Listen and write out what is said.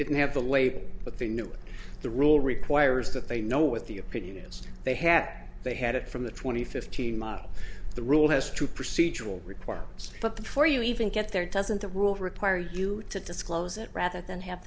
didn't have the label but they knew what the rule requires that they know what the opinions they had they had it from the twenty fifteen model the rule has to procedural requirements but before you even get there doesn't the rule require you to disclose it rather than have